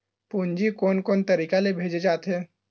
पूंजी कोन कोन तरीका ले भेजे जाथे?